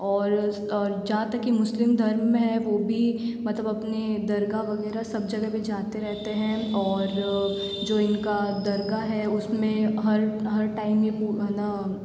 और जहाँ तक कि मुस्लिम धर्म में हैं वो भी मतलब अपने दरगाह वगैरह सब जगह पे जाते रहते हैं और जो इनका दरगाह है उसमे हर हर टाइम ये